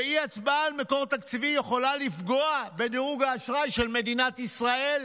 ואי-הצבעה על מקור תקציבי יכולה לפגוע בדירוג האשראי של מדינת ישראל,